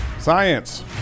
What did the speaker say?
Science